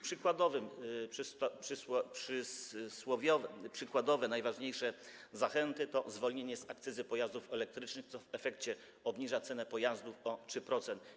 Przykładowe najważniejsze zachęty to zwolnienie z akcyzy pojazdów elektrycznych, co w efekcie obniża cenę pojazdu o 3%.